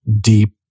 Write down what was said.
deep